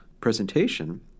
presentation